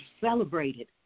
celebrated